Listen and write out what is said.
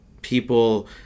People